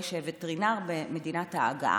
יש וטרינר במדינת ההגעה,